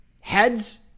Heads